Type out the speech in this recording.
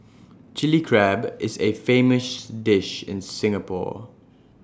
Chilli Crab is A famous dish in Singapore